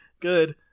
good